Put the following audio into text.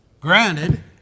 granted